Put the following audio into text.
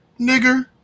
nigger